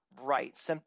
right